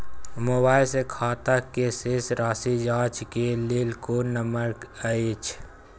Mobile से खाता के शेस राशि जाँच के लेल कोई नंबर अएछ?